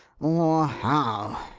or how.